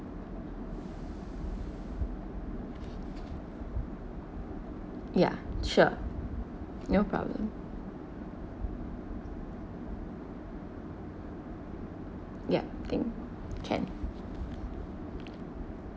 ya sure no problem ya okay can